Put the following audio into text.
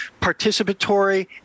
participatory